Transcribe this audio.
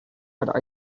had